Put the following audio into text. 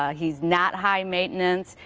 ah he's not high maintenance,